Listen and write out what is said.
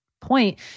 point